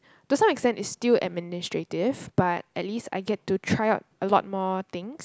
to some extent it's still administrative but at least I get to try out a lot more things